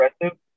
aggressive